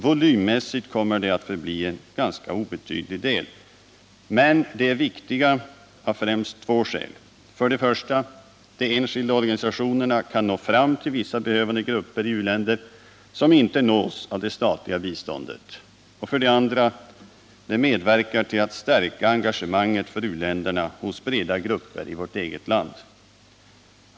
Volymmässigt kommer de att förbli en ganska obetydlig del. Men de är viktiga av främst två skäl: För det första kan de enskilda organisationerna nå fram till vissa behövande grupper i u-länder som inte nås av det statliga biståndet. För det andra medverkar de till att stärka engagemanget för u-länderna hos breda grupper i vårt eget land.